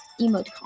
emoticon